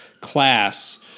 class